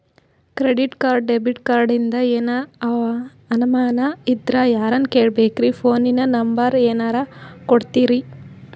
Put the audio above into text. Credit card, debit ಕಾರ್ಡಿಂದ ಏನರ ಅನಮಾನ ಇದ್ರ ಯಾರನ್ ಕೇಳಬೇಕ್ರೀ, ಫೋನಿನ ನಂಬರ ಏನರ ಕೊಡ್ತೀರಿ?